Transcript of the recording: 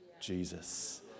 Jesus